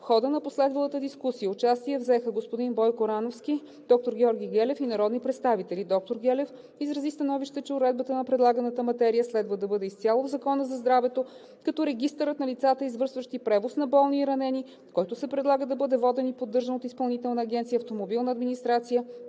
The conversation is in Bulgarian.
В хода на последвалата дискусия взеха участие – господин Бойко Рановски, доктор Георги Гелев и народни представители. Доктор Гелев изрази становище, че уредбата на предлаганата материя следва да бъде изцяло в Закона за здравето, като регистърът на лицата, извършващи превоз на болни и ранени, който се предлага да бъде воден и поддържан от Изпълнителната агенция „Автомобилна администрация“,